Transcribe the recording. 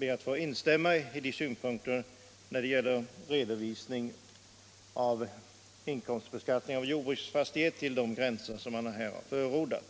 ber att få instämma i de synpunkter han framfört när det gäller bokföringsmässig redovisning av inkomst av jordbruksfastighet till de gränser han här har förordat.